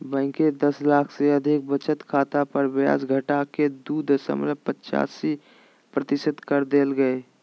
bank दस लाख से अधिक बचत खाता पर ब्याज घटाके दू दशमलब पचासी प्रतिशत कर देल कय